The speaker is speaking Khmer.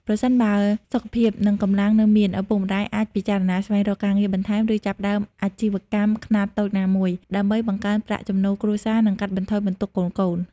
ប្រសិនបើសុខភាព និងកម្លាំងនៅមាន ឪពុកម្ដាយអាចពិចារណាស្វែងរកការងារបន្ថែម ឬចាប់ផ្ដើមអាជីវកម្មខ្នាតតូចណាមួយ ដើម្បីបង្កើនប្រាក់ចំណូលគ្រួសារ និងកាត់បន្ថយបន្ទុកកូនៗ។